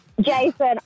Jason